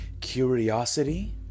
curiosity